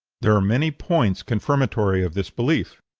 there are many points confirmatory of this belief.